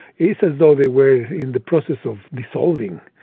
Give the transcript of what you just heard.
it's as though they were in the process of dissolving.